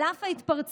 על אף ההתפרצות,